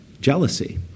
jealousy